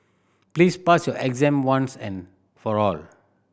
please pass your exam once and for all